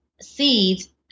seeds